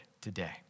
today